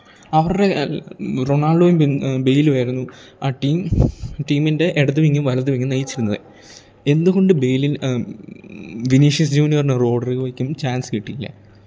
അവരുടെ റൊണാൾഡോയും ബിന് ബേയ്ലുവായിരുന്നു ആ ടീം ടീമിൻറ്റെ ഇടത് വിങ്ങും വലത് വിങ്ങും നയിച്ചിരുന്നത് എന്തുകൊണ്ട് ബേയ്ലിൽ വിനീഷ്യസ് ജൂന്യർന് റോഡ്റിഗോയ്ക്കും ചാൻസ്സ് കിട്ടിയില്ല